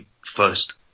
first